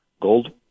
gold